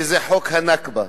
שזה חוק ה"נכבה".